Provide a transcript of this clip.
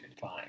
Fine